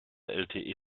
lte